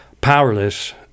powerless